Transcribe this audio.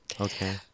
Okay